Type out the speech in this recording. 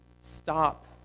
stop